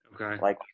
Okay